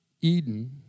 Eden